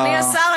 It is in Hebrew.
אדוני השר,